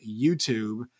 YouTube